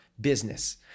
business